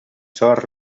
sort